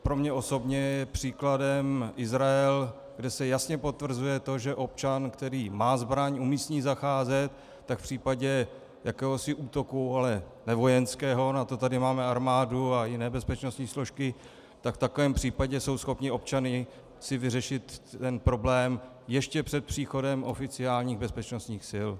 Pro mě osobně je příkladem Izrael, kde se jasně potvrzuje to, že občan, který má zbraň, umí s ní zacházet, v případě jakéhosi útoku, ale nevojenského, na to tady máme armádu a jiné bezpečnostní složky, v takovém případě jsou si schopni občané vyřešit ten problém ještě před příchodem oficiálních bezpečnostních sil.